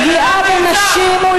פגיעה בנשים,